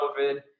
COVID